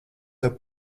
tev